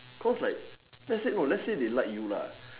cause like let's say no let's say they like you lah